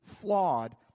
flawed